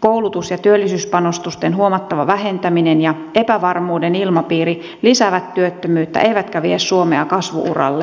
koulutus ja työllisyyspanostusten huomattava vähentäminen ja epävarmuuden ilmapiiri lisäävät työttömyyttä eivätkä vie suomea kasvu uralle